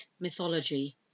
mythology